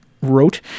wrote